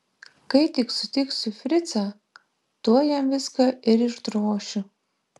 kai tik sutiksiu fricą tuoj jam viską ir išdrošiu